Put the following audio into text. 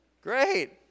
Great